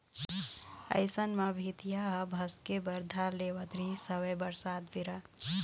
अइसन म भीतिया ह भसके बर धर लेवत रिहिस हवय बरसात बेरा